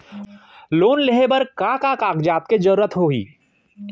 Loan लेहे बर का का कागज के जरूरत होही?